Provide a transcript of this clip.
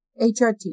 HRT